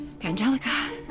Angelica